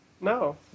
No